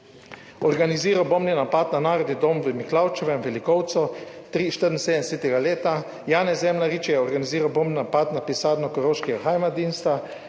organiziral bombni napad na Narodni dom v Miklavčevem Velikovcu 1973 leta. Janez Zemljarič je organiziral bombni napad na pisarno koroškega Heimatdiensta.